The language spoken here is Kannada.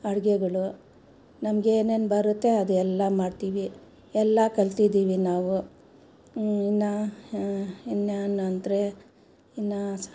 ಅಡುಗೆಗಳು ನಮಗೇನೇನು ಬರುತ್ತೆ ಅದು ಎಲ್ಲ ಮಾಡ್ತೀವಿ ಎಲ್ಲ ಕಲ್ತಿದ್ದೀವಿ ನಾವು ಇನ್ನು ಇನ್ನೇನೆಂದ್ರೆ ಇನ್ನ